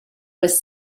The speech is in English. was